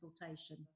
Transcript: consultation